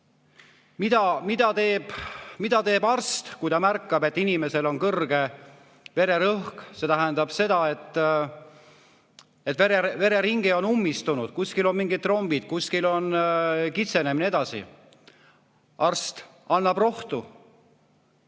Mida teeb arst, kui ta märkab, et inimesel on kõrge vererõhk, see tähendab seda, et vereringe on ummistunud, kuskil on mingid trombid, kuskil on kitsenemine ja nii edasi? Arst annab rohtu.